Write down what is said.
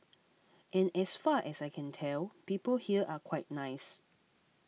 and as far as I can tell people here are quite nice